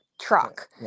truck